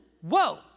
whoa